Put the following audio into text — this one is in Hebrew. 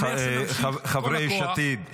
שנמשיך בכל הכוח -- חברי יש עתיד,